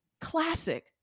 classic